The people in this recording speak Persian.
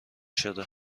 شده